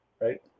Right